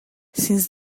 since